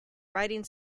riding